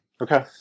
Okay